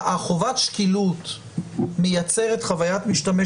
חובת השקילות מייצרת חוויית משתמש